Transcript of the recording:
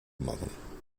machen